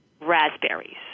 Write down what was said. raspberries